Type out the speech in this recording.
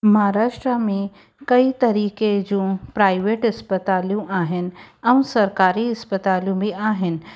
महाराष्ट्र में कई तरीके जूं प्राइवेट अस्पतालियूं आहिनि ऐं सरकारी अस्पतालियूं बि आहिनि